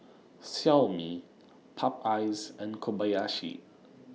Xiaomi Popeyes and Kobayashi